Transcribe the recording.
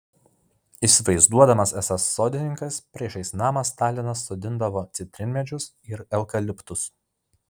įsivaizduodamas esąs sodininkas priešais namą stalinas sodindavo citrinmedžius ir eukaliptus